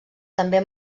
també